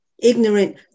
Ignorant